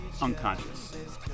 Unconscious